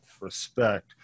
respect